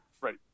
Right